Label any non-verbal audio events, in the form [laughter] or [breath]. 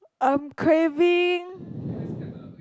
I'm craving [breath]